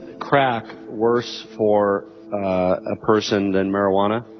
crack worse for a person than marijuana?